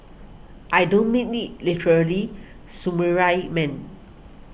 I don't mean it literally Samurai man